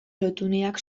lotuneak